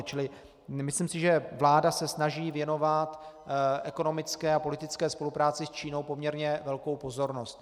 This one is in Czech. Čili myslím si, že vláda se snaží věnovat ekonomické a politické spolupráci s Čínou poměrně velkou pozornost.